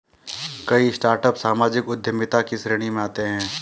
कई स्टार्टअप सामाजिक उद्यमिता की श्रेणी में आते हैं